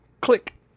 click